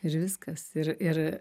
ir viskas ir ir